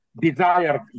desired